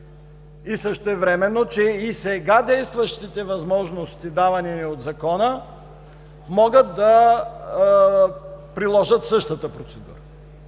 и същевременно, че и сега действащите възможности, давани ни от Закона, могат да приложат същата процедура,